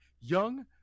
young